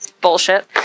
bullshit